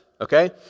okay